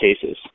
cases